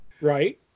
Right